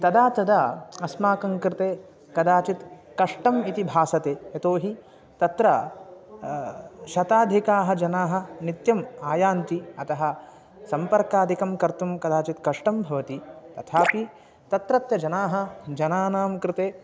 तदा तदा अस्माकं कृते कदाचित् कष्टम् इति भासते यतो हि तत्र शताधिकाः जनाः नित्यम् आयान्ति अतः सम्पर्कादिकं कर्तुं कदाचित् कष्टं भवति तथापि तत्रत्यजनाः जनानां कृते